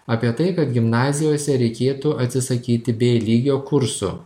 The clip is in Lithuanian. apie tai kad gimnazijose reikėtų atsisakyti bė lygio kursų